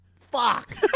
Fuck